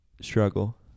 Struggle